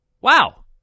wow